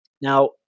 Now